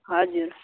हजुर